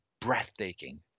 breathtaking